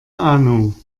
ahnung